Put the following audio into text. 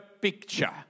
picture